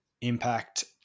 impact